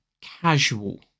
casual